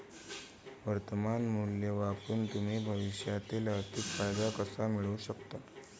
वर्तमान मूल्य वापरून तुम्ही भविष्यातील आर्थिक फायदा कसा मिळवू शकता?